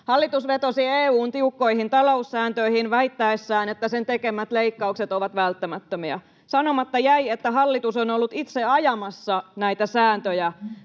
Hallitus vetosi EU:n tiukkoihin taloussääntöihin väittäessään, että sen tekemät leikkaukset ovat välttämättömiä. Sanomatta jäi, että hallitus on ollut itse ajamassa näitä sääntöjä,